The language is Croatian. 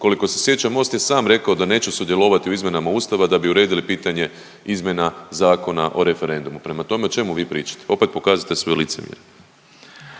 Koliko se sjećam Most je sam rekao da neće sudjelovati u izmjenama Ustava da bi uredili pitanje izmjena Zakona o referendumu. Prema tome, o čemu vi pričate. Opet pokazujete svoje licemjerje.